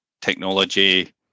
technology